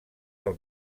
del